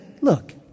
look